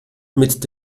mit